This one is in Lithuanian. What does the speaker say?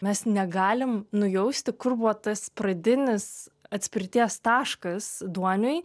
mes negalim nujausti kur buvo tas pradinis atspirties taškas duoniui